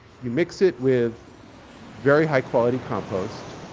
you mix it with very high-quality compost,